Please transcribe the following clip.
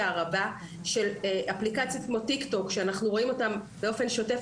הרבה של אפליקציות כמו טיק טוק שאנחנו רואים אותן באופן שוטף